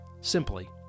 simply